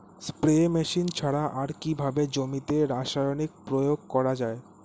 Spray machine ছাড়া আর কিভাবে জমিতে রাসায়নিক প্রয়োগ করা যায়?